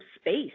space